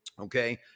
okay